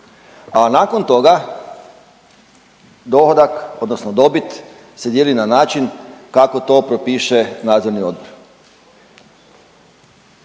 odnosno dobit se dijeli na način kako to propiše nadzorni odbor.